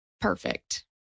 perfect